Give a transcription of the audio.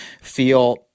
feel